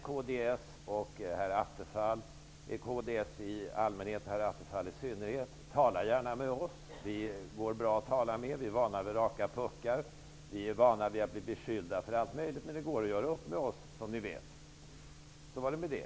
Låt mig säga till kds i allmänhet och herr Attefall i synnerhet att de gärna får tala med oss. Det går bra att tala med oss. Vi är vana vid raka puckar. Vi är vana vid att bli beskyllda för allt möjligt, men det går att göra upp med oss, som ni vet. Så var det med det.